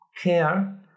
care